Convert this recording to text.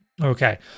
Okay